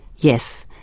yes,